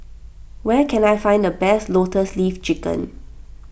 where can I find the best Lotus Leaf Chicken